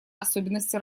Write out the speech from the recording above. особенности